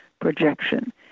projection